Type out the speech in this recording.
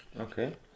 Okay